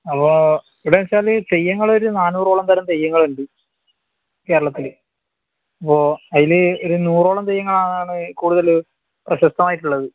അപ്പോൾ ഇവിടെയെന്നു വച്ചാൽ തെയ്യങ്ങൾ ഒരു നാന്നൂറോളം തരം തെയ്യങ്ങളുണ്ട് കേരളത്തിൽ ഇപ്പോൾ അയിൽ ഒരു നൂറോളം തെയ്യങ്ങളാണ് കൂടുതൽ പ്രശസ്തം ആയിട്ടുള്ളത്